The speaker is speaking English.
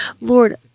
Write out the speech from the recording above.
Lord